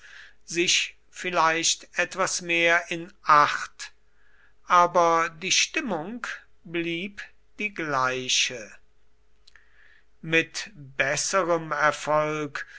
sich vielleicht etwas mehr in acht aber die stimmung blieb die gleiche mit besserem erfolg